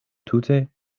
tute